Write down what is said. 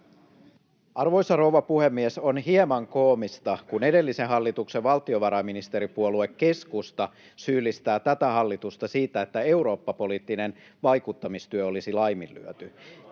Arvoisa rouva puhemies! On hieman koomista, kun edellisen hallituksen valtiovarainministeripuolue keskusta syyllistää tätä hallitusta siitä, että Eurooppa-poliittinen vaikuttamistyö olisi laiminlyöty.